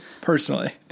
personally